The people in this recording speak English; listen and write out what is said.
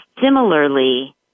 similarly